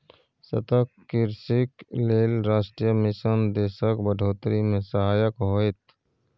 सतत कृषिक लेल राष्ट्रीय मिशन देशक बढ़ोतरी मे सहायक होएत